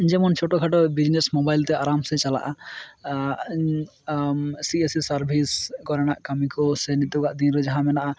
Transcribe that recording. ᱡᱮᱢᱚᱱ ᱪᱷᱳᱴᱳ ᱠᱷᱟᱴᱳ ᱵᱤᱡᱽᱱᱮᱥ ᱢᱚᱵᱟᱭᱤᱞᱛᱮ ᱟᱨᱟᱢ ᱥᱮ ᱪᱟᱞᱟᱜᱼᱟ ᱥᱤ ᱮᱥᱥᱤ ᱥᱟᱨᱵᱷᱥ ᱠᱚᱨᱮᱱᱟᱜ ᱠᱟᱹᱢᱤ ᱠᱚ ᱥᱮ ᱱᱤᱛᱚᱜᱟᱜ ᱫᱤᱱ ᱨᱮ ᱡᱟᱦᱟᱸ ᱢᱮᱱᱟᱜᱼᱟ